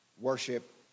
worship